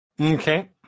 Okay